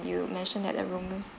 you mentioned that the room